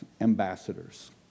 ambassadors